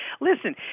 Listen